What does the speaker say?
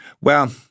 Well